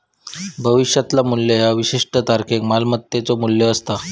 भविष्यातला मू्ल्य ह्या विशिष्ट तारखेक मालमत्तेचो मू्ल्य असता